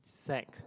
sac